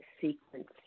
sequence